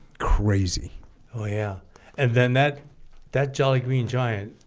crazy oh yeah and then that that jolly green giant